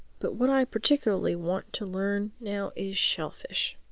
but what i particularly want to learn now is shellfish.